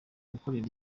gukorera